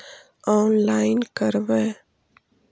Online करवे?